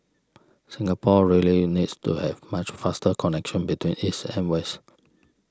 Singapore really needs to have much faster connection between east and west